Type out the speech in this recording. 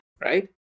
right